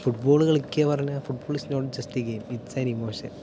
football കളിക്കുക പറഞ്ഞാൽ football is not just a game it's an emotion